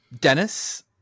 Dennis